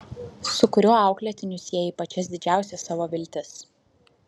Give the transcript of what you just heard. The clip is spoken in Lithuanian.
su kuriuo auklėtiniu sieji pačias didžiausias savo viltis